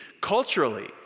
culturally